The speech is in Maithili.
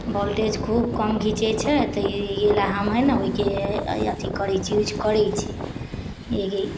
वोल्टेज खूब कम घीचैत छै तऽ इ लेल हम है ने ओहिके अथीके यूज करैत छी यही